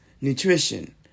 nutrition